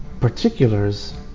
particulars